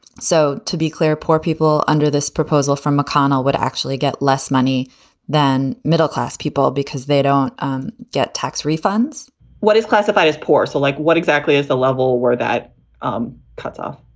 so to be clear, poor people under this proposal from mcconnell would actually get less money than middle-class people because they don't um get tax refunds what is classified as poor? so like what exactly is the level where that um cutoff?